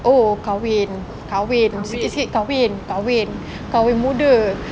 oh kahwin kahwin sikit-sikit kahwin kahwin kahwin muda